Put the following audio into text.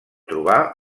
trobar